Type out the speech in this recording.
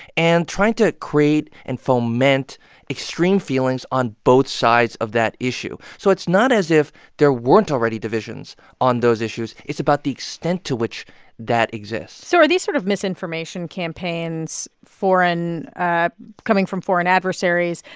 and trying to create and foment extreme feelings on both sides of that issue. so it's not as if there weren't already divisions on those issues. it's about the extent to which that exists so are these sort of misinformation campaigns foreign coming from foreign adversaries,